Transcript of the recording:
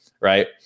right